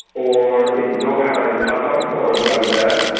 or in doha in qatar or in baghdad,